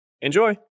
Enjoy